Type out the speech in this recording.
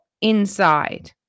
inside